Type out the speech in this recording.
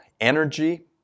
energy